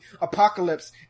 Apocalypse